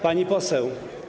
Pani Poseł!